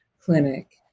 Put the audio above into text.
clinic